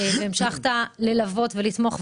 והמשכת ללוות ולתמוך,